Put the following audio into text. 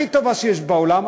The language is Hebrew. הכי טובה שיש בעולם,